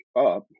up